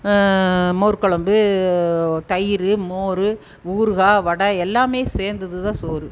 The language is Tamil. மோர் குழம்பு தயிர் மோர் ஊறுகாய் வடை எல்லாமே சேர்ந்ததுதான் சோறு